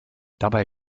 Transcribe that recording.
dabei